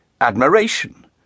admiration